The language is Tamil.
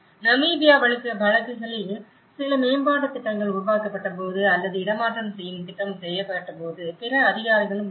நமீபியா வழக்குகளில் சில மேம்பாட்டுத் திட்டங்கள் உருவாக்கப்பட்டபோது அல்லது இடமாற்றம் செய்யும் திட்டம் செய்யப்பட்டபோது பிற அதிகாரங்களும் உள்ளன